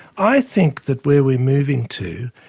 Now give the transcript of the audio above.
i think that where we're moving to,